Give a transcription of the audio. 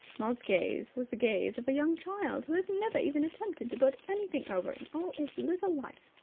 maud's gaze was the gaze of a young child who has never even attempted to put anything over in all its little life.